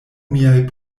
miaj